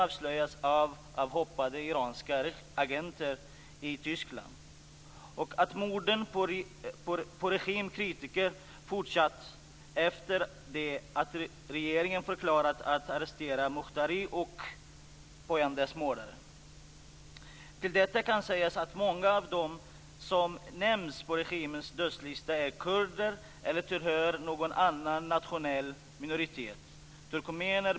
Utan krav på lika rättigheter skulle knappast någon övervakning värd namnet kunna bedrivas. Den är svår nog ändå - som någon uttryckte det. Det finns således andra länder som jag också skulle kunna ta som exempel där man grovt och systematiskt kränker mänskliga rättigheter och utövar förtryck mot sina medborgare. "Skamlistan" kan göras tämligen lång. Listan kan också innehålla demokratier.